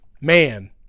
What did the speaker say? Man